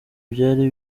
byari